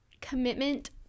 commitment